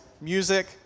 music